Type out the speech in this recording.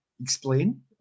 explain